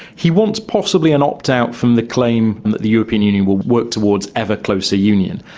he wants possibly an opt-out from the claim and that the european union will work towards ever closer union.